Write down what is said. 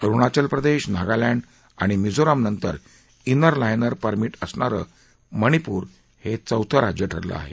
अरुणाचल प्रदेश नागालँड आणि मिझोरामनंतर inner liner permit असणारं मणिपूर हे चौथं राज्य ठरलं आहे